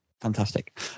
Fantastic